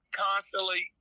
constantly